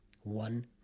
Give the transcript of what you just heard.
one